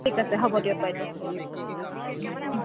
ঠিক আছে হ'ব দিয়ক বাইদেউ